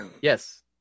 Yes